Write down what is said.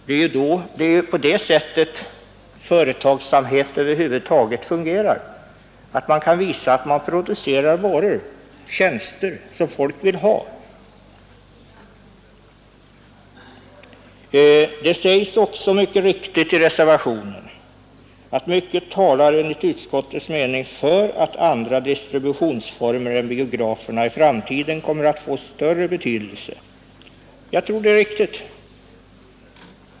Det är på detta sätt företagsamhet över huvud taget fungerar. Man måste kunna visa att man producerar varor och tjänster som folk vill ha. I reservationen heter det att mycket talar enligt utskottets mening för att andra distributionsformer än biograferna i framtiden kommer att få större betydelse. Jag tror att det är riktigt.